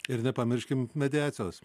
ir nepamirškim mediacijos